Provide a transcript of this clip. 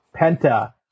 Penta